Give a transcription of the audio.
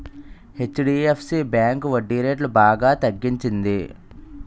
HDFC bank వడ్డీరేట్లు బాగా తగ్గించింది